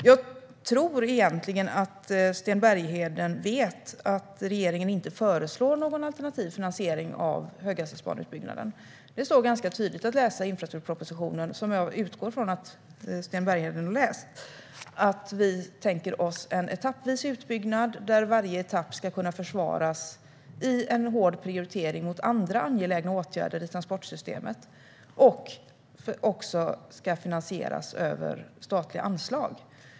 Jag tror att Sten Bergheden egentligen vet att regeringen inte föreslår någon alternativ finansiering av höghastighetsbaneutbyggnaden. Det står ganska tydligt att läsa i infrastrukturpropositionen, som jag utgår från att Sten Bergheden har läst, att vi tänker oss en etappvis utbyggnad där varje etapp ska kunna försvaras i en hård prioritering mot andra angelägna åtgärder i transportsystemet. Detta ska finansieras med statliga anslag.